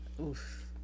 Oof